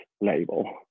label